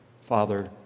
Father